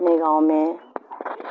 میرے گاؤں میں